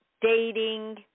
dating